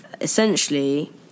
essentially